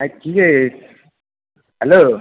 হ্যাঁ কী রে হ্যালো